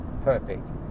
perfect